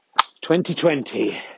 2020